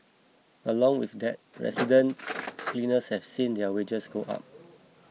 along with that resident cleaners have also seen their wages go up